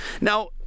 Now